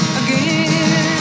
again